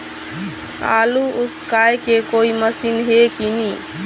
आलू उसकाय के कोई मशीन हे कि नी?